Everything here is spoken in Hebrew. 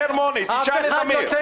אני אגיד לך במה מדובר, אדון מאיר כהן.